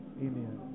Amen